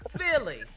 Philly